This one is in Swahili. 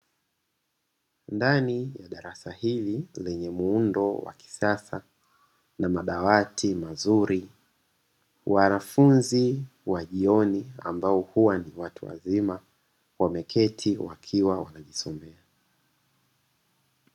Ndani ya darasa hili lenye muundo wa kisasa na madawati mazuri wanafunzi wa vyuoni ambao huwa ni watu wazima wameketi wakiwa wanajisomea.